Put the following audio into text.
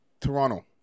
Toronto